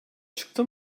çıktı